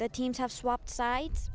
the teams have swapped sides